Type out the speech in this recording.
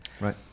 right